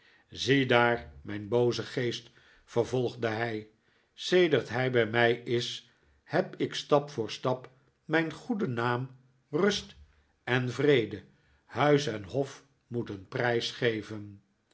ziedaar mijn booze geest vervolgde hij sedert hij bij mij is heb ik stap voor stap mijn goeden naam rust en vrede huis en hof moeten prijsgeven